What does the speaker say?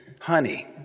Honey